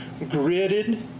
gridded